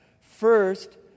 First